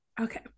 Okay